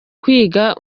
kwiga